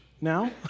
now